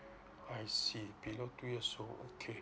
I see below two years old okay